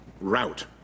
route